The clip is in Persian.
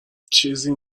چیزی